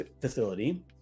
Facility